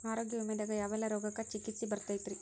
ಆರೋಗ್ಯ ವಿಮೆದಾಗ ಯಾವೆಲ್ಲ ರೋಗಕ್ಕ ಚಿಕಿತ್ಸಿ ಬರ್ತೈತ್ರಿ?